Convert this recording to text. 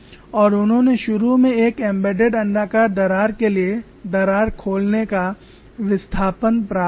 और उन्होंने शुरू में एक एम्बेडेड अण्डाकार दरार के लिए दरार खोलने का विस्थापन प्राप्त किया